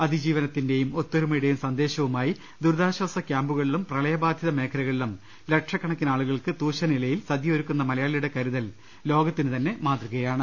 അതിജീവനത്തിന്റെയും ഒത്തൊരുമയുടെയും സന്ദേ ശവുമായി ദുരിതാശ്ചാസ കൃാംപുകളിലും പ്രളയബാധിത മേഖലക ളിലും ലക്ഷക്കണക്കിനാളുകൾക്ക് തൂശനിലയിൽ സദ്യയൊരുക്കുന്ന മലയാളിയുടെ കരുതൽ ലോകത്തിനു തന്നെ മാതൃകയാണ്